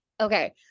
Okay